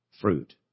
fruit